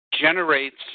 generates